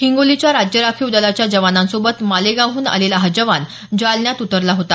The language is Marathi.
हिंगोलीच्या राज्य राखीव दलाच्या जवानांसोबत मालेगावहून आलेला हा जवान जालन्यात उतरला होता